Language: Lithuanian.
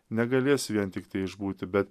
negalės vien tiktai išbūti be